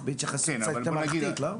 התייחסות קצת יותר מערכתית, לא?